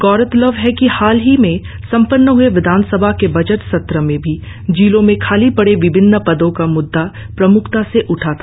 गौरतलब है कि हाल ही में संपन्न हए विधानसभा के बजट सत्र में भी जिलों में खाली पड़े विभिन्न पदों का म्द्दा प्रम्खता से उठा था